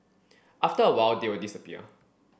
after a while they'll disappear